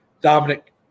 Dominic